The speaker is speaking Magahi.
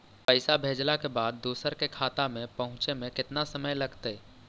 पैसा भेजला के बाद दुसर के खाता में पहुँचे में केतना समय लगतइ?